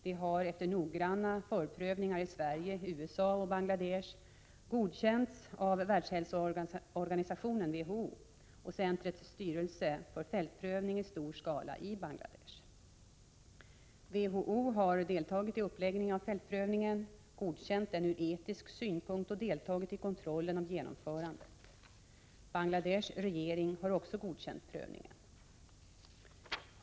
Det har efter noggranna förprövningar i Sverige, USA och Bangladesh godkänts av Världshälsoorganisationen och centrets styrelse för fältprövning i stor skala i Bangladesh. WHO har deltagit i uppläggningen av fältprövningen, godkänt den ur etisk synpunkt och deltagit i kontroll av genomförandet. Bangladesh regering har också godkänt prövningen.